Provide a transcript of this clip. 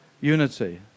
unity